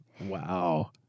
Wow